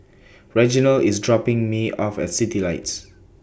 Reginal IS dropping Me off At Citylights